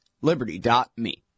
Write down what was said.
Liberty.me